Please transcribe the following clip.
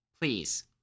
Please